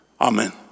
Amen